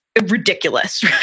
ridiculous